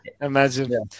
Imagine